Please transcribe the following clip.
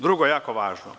Drugo jako važno.